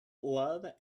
love